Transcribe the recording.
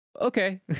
okay